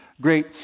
great